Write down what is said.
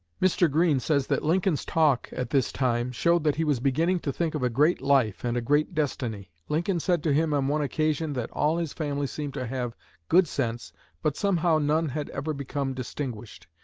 mr. green says that lincoln's talk at this time showed that he was beginning to think of a great life and a great destiny. lincoln said to him on one occasion that all his family seemed to have good sense but somehow none had ever become distinguished.